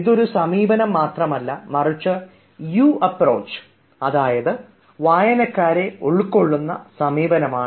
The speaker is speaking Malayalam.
ഇത് ഒരു സമീപനം മാത്രമല്ല മറിച്ച് യു അപ്രോച്ച് വായനക്കാരെ ഉൾക്കൊള്ളുന്ന സമീപനമാണ്